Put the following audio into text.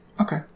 Okay